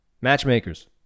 matchmakers